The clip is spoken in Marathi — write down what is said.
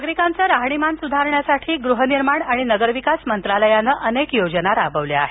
नागरिकांचं राहणीमान सुधारण्यासाठी गृहनिर्माण आणि नगर विकास मंत्रालयानं अनेक योजना राबवल्या आहेत